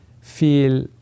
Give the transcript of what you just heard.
feel